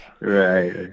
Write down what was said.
Right